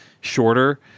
shorter